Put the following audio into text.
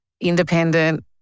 independent